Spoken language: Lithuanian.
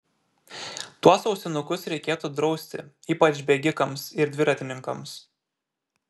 tuos ausinukus reikėtų drausti ypač bėgikams ir dviratininkams